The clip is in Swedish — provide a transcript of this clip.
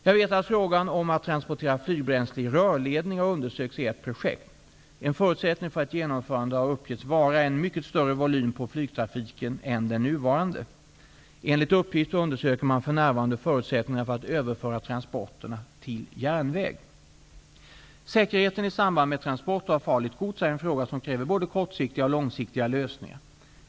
Jag vet att frågan om att transportera flygbränsle i rörledning har undersökts i ett projekt. En förutsättning för ett genomförande har uppgetts vara en mycket större volym på flygtrafiken än den nuvarande. Enligt uppgift undersöker man för närvarande förutsättningarna för att överföra transporterna till järnväg. Säkerheten i samband med transporter av farligt gods är en fråga som kräver både kortsiktiga och långsiktiga lösningar.